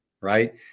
right